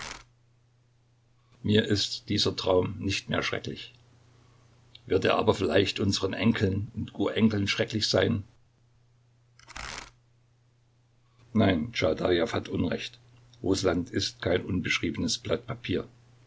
mir ist dieser traum nicht mehr schrecklich wird er aber vielleicht unseren enkeln und urenkeln schrecklich sein nein tschaadajew hat unrecht rußland ist kein unbeschriebenes blatt papier